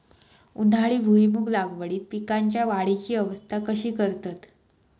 उन्हाळी भुईमूग लागवडीत पीकांच्या वाढीची अवस्था कशी करतत?